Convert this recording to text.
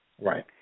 Right